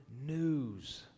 news